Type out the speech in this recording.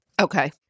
Okay